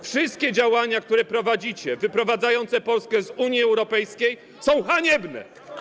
Wszystkie działania, które prowadzicie, wyprowadzające Polskę z Unii Europejskiej są haniebne.